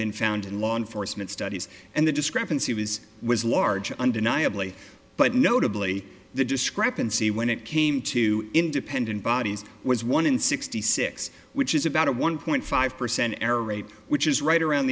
been found in law enforcement studies and the discrepancy was was large undeniably but notably the discrepancy when it came to independent bodies was one in sixty six which is about a one point five percent error rate which is right around